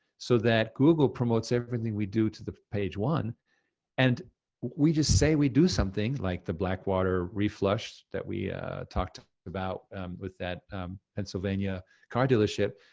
so that google promotes everything we do to the page one and we just say we do something, like the black water reflush that we talked about with that pennsylvania car dealership,